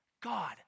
God